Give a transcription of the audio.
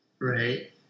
Right